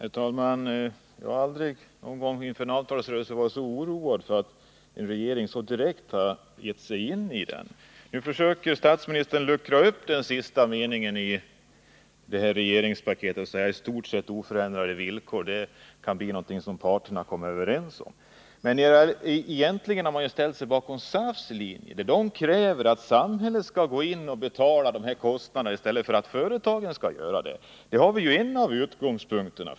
Herr talman! Jag har aldrig någon gång inför en avtalsrörelse varit så oroad av att en regering så direkt har gett sig in i den. Nu försöker statsministern luckra upp den sista meningen i det här regeringspaketet genom att säga att ”i stort sett oförändrade villkor” kan bli någonting som parterna kommer överens om. Men egentligen har regeringen ställt sig bakom SAF:s linje. Arbetsgivareföreningen kräver att samhället skall gå in och betala de här kostnaderna i stället för att företagen skall göra det. Det var ju en av utgångspunkterna.